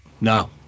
No